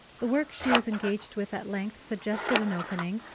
the work she was engaged with at length suggested an opening,